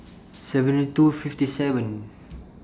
seventy two fifty seven